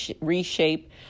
reshape